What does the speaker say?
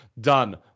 done